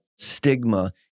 stigma